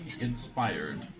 inspired